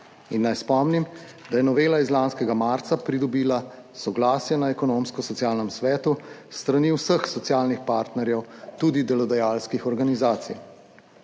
in naj spomnim, da je novela iz lanskega marca pridobila soglasje na Ekonomsko-socialnem svetu s strani vseh socialnih partnerjev, tudi delodajalskih organizacij.